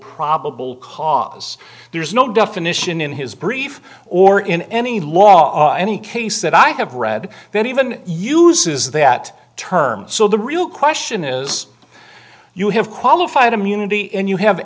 probable cause there's no definition in his brief or in any law any case that i have read that even uses that term so the real question is you have qualified immunity and you have